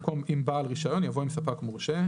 במקום "עם בעל רישיון" יבוא "עם ספק מורשה";